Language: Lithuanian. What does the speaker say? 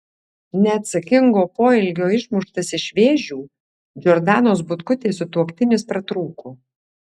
neatsakingo poelgio išmuštas iš vėžių džordanos butkutės sutuoktinis pratrūko